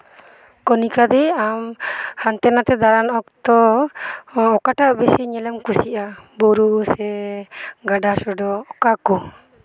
ᱠᱚᱱᱤᱠᱟ ᱫᱤ ᱟᱢ ᱦᱟᱱᱛᱮ ᱱᱟᱱᱛᱮ ᱫᱟᱬᱟᱱ ᱚᱠᱛᱚ ᱚᱠᱟᱴᱟᱜ ᱵᱮᱥᱤ ᱧᱮᱞᱮᱢ ᱠᱩᱥᱤᱭᱟᱜᱼᱟ ᱵᱩᱨᱩ ᱥᱮ ᱜᱟᱰᱟ ᱥᱚᱰᱚᱜ ᱚᱠᱟ ᱠᱚ